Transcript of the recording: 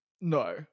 No